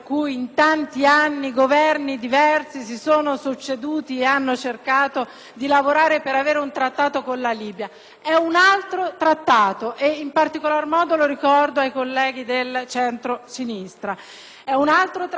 è un altro Trattato e in particolar modo lo ricordo ai colleghi del centrosinistra. È un altro Trattato, ma purtroppo l'interlocutore è lo stesso, è Gheddafi, quello che non rispetta i diritti umani, quello che